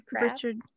Richard